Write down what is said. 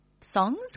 songs